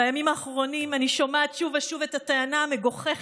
בימים האחרונים אני שומעת שוב ושוב את הטענה המגוחכת